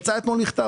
לכן יצא אתמול מכתב.